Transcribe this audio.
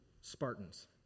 Spartans